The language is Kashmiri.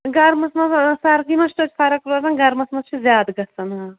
گرمَس منٛز سردی منٛز چھِ توتہِ فرق روزان گَرمَس منٛز چھُ زیادٕ گژھان آ